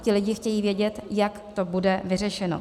Ti lidé chtějí vědět, jak to bude vyřešeno.